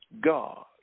God